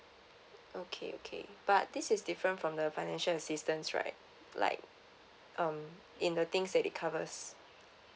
okay okay but this is different from the financial assistance right like um in the things that it covers